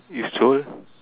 you stole